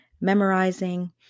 memorizing